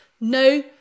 no